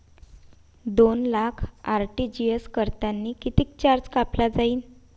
दोन लाख आर.टी.जी.एस करतांनी कितीक चार्ज कापला जाईन?